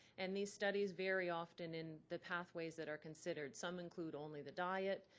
and these studies vary often in the pathways that are considered some include only the diet,